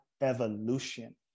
evolution